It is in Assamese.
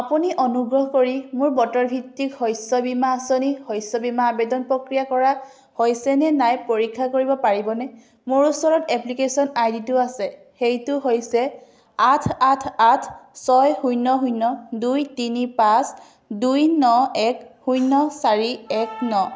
আপুনি অনুগ্ৰহ কৰি মোৰ বতৰ ভিত্তিক শস্য বীমা আঁচনি শস্য বীমা আবেদন প্ৰক্ৰিয়া কৰা হৈছে নে নাই পৰীক্ষা কৰিব পাৰিবনে মোৰ ওচৰত এপ্লিকেচন আইডি টো আছে সেইটো হৈছে আঠ আঠ আঠ ছয় শূন্য শূন্য দুই তিনি পাঁচ দুই ন এক শূন্য চাৰি এক ন